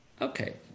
okay